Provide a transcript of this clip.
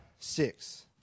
Six